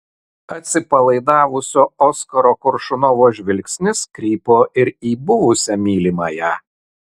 atsipalaidavusio oskaro koršunovo žvilgsnis krypo ir į buvusią mylimąją